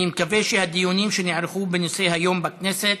אני מקווה שהדיונים שנערכו בנושא היום בכנסת